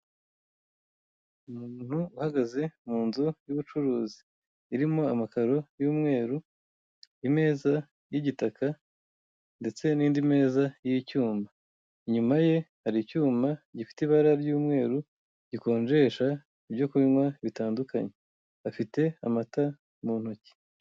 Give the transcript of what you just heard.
Umuntu uhagaze mu nzu yubucuruzi, irimo amakaro y'umweru, imeza y'igitaka ndetse n'indi meza y'icyuma, inyuma ye hari icyuma gifite ibara ry'umweru gikonjesha ibyo kunywa bitandukanye, afite amata mu ntoki.